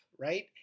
Right